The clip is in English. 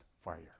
fire